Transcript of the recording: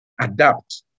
Adapt